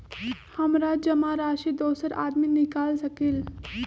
हमरा जमा राशि दोसर आदमी निकाल सकील?